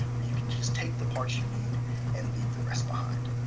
where you can just take the parts you need and leave the rest behind.